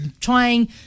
trying